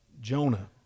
Jonah